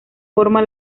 forma